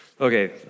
Okay